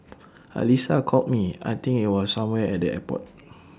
Alyssa called me I think IT was somewhere at the airport